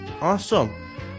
Awesome